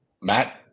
Matt